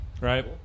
Right